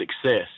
success